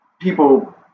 people